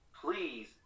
please